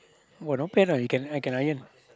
!wah! not bad ah you can I can iron